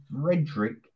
Frederick